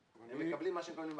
הם מקבלים מה שמקבלים באקדמיה.